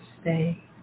stay